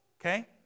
Okay